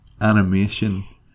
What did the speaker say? animation